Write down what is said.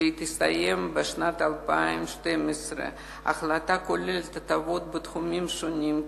והיא תסתיים בשנת 2012. ההחלטה כוללת הטבות בתחומים שונים,